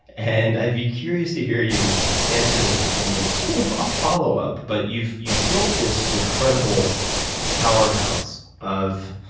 and i'd be curious to hear you answer that. and then, there's sort of a follow up. but you've you've built this incredible powerhouse of